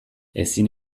ezin